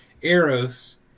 Eros